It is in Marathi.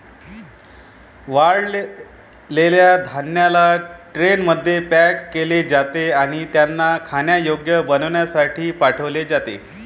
वाळलेल्या धान्यांना ट्रेनमध्ये पॅक केले जाते आणि त्यांना खाण्यायोग्य बनविण्यासाठी पाठविले जाते